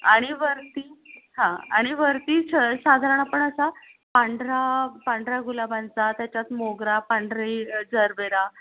आणि वरती हां आणि वरती छ साधारण आपण असा पांढरा पांढऱ्या गुलाबांचा त्याच्यात मोगरा पांढरी जरबेरा